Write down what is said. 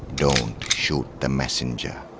don't shoot the messenger,